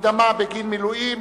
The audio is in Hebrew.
מקדמה בגין מילואים),